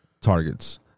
targets